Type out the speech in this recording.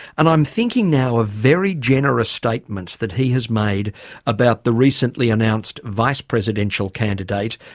and i'm thinking now of very generous statements that he has made about the recently announced vice-presidential candidate,